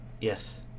Yes